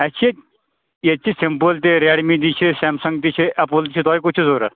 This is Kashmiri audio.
اَسہِ چھِ ییٚتہِ چھِ سِمپٕل تہِ ریڈمی تہِ چھِ سیمسنٛگ تہِ چھِ ایپُل چھِ تۄہہِ کُس چھِ ضوٚرَتھ